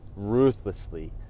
ruthlessly